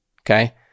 okay